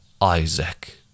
Isaac